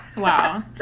Wow